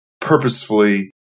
purposefully